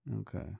Okay